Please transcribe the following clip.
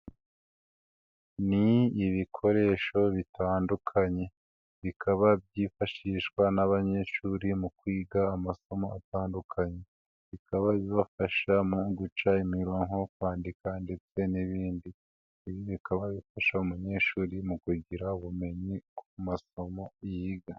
Ni ibikoresho bitandukanye bikaba byifashishwa n'abanyeshuri mu kwiga amasomo atandukanye, bikaba bibafasha mu guca imironko, kwandika ndetse n'ibindi, ibi bikaba bifasha umunyeshuri mu kugira ubumenyi ku masomo yiga.